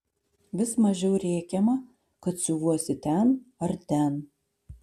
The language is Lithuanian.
vis mažiau rėkiama kad siuvuosi ten ar ten